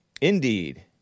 Indeed